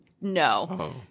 No